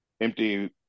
empty